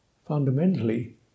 Fundamentally